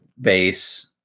base